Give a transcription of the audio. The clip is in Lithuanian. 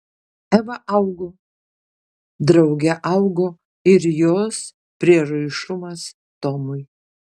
eva augo drauge augo ir jos prieraišumas tomui